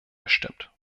gestimmt